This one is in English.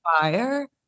fire